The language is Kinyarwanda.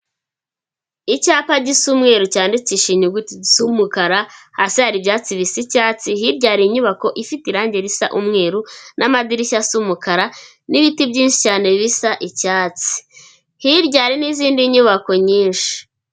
Icyapa gisa umweru cyandikishije inyuguti zisa umukara, hasi hari ibyatsi bisa icyatsi, hirya hari inyubako ifite irangi risa umweru n'amadirishya asa umukara n'ibiti byinshi cyane bisa icyatsi, hirya hari n'izindi nyubako nyinshi.